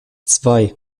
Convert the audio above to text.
zwei